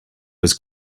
was